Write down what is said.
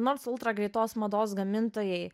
nors ultragreitos mados gamintojai